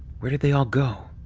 where did they all go?